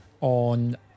on